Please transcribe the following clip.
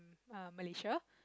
err Malaysia